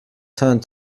turned